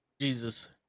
Jesus